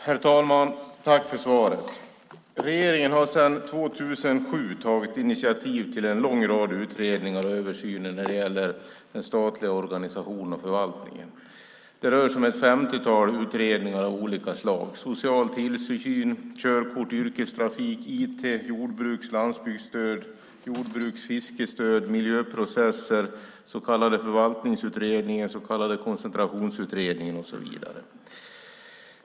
Herr talman! Jag tackar för svaret. Regeringen har sedan 2007 tagit initiativ till en lång rad utredningar och översyner när det gäller den statliga organisationen och förvaltningen. Det rör sig om ett femtiotal utredningar av olika slag: social tillsyn, körkort, yrkestrafik, IT, jordbruks och landsbygdsstöd, fiskestöd, miljöprocesser, den så kallade Förvaltningsutredningen, den så kallade Koncentrationsutredningen och så vidare.